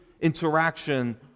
interaction